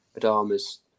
Adama's